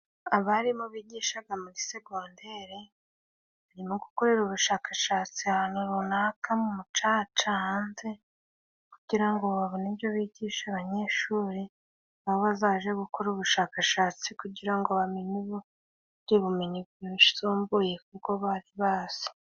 Abarimu bigishaga muri segondere barimo gukorera ubushakashatsi ahantu runaka mu mucaca hanze, kugira ngo babone ibyo bigisha abanyeshuri, nabo bazaje gukora ubushakashatsi kugira ngo bamenye iby'ubumenyi bwisumbuye k'ubwo bari bazi.